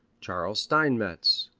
charles steinmetz,